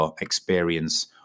experience